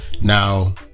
now